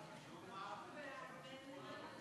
אני לא שומעת.